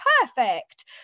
perfect